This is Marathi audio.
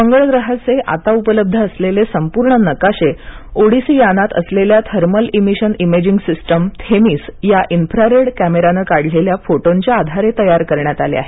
मंगळ ग्रहाचे आता उपलब्ध असलेले संपूर्ण नकाशे ओडिसी यानात असलेल्या thermal emission imaging system THEMIS या इन्फ्रारेड कॅमेराने काढलेल्या फोटोंच्या आधारे तयार करण्यात आले आहेत